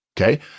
okay